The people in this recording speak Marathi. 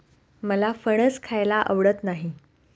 मला फणस खायला आवडत नाही